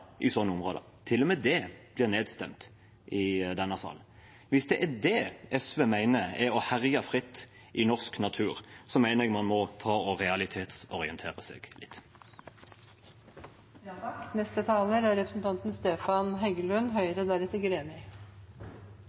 blir nedstemt i denne sal. Hvis det er det SV mener er å herje fritt i norsk natur, mener jeg man må realitetsorientere seg.